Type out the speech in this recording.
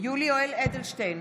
יולי יואל אדלשטיין,